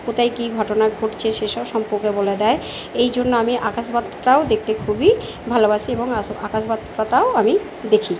কোথায় কী ঘটনা ঘটছে সেসব সম্পর্কে বলে দেয় এই জন্য আমি আকাশবার্তাটাও দেখতে খুবই ভালোবাসি এবং আস আকাশবার্তাটাও আমি দেখি